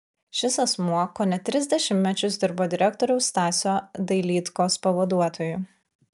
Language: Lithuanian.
šis asmuo kone tris dešimtmečius dirbo direktoriaus stasio dailydkos pavaduotoju